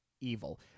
evil